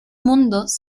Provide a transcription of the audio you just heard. mundos